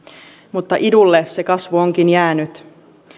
mutta idulle se kasvu onkin jäänyt